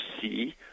see